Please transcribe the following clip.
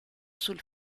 sul